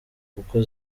kuko